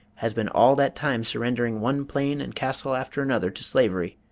has been all that time surrendering one plain and castle after another to slavery,